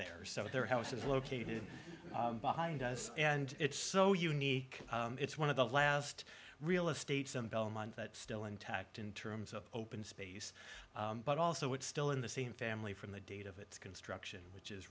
there so their house is located behind us and it's so unique it's one of the last real estate some belmont that still intact in terms of open space but also it's still in the same family from the date of its construction which is